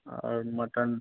और मटन